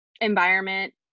environment